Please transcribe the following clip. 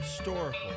Historical